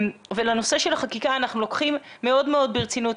ואת הנושא של החקיקה אנחנו לוקחים מאוד מאוד ברצינות.